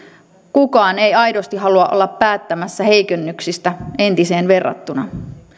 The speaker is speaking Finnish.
kukaan ei aidosti halua olla päättämässä heikennyksistä entiseen verrattuna